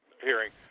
hearing